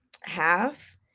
half